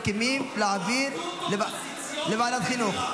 מסכימים להעביר לוועדת חינוך?